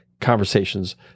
conversations